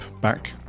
back